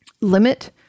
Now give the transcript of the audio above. Limit